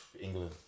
England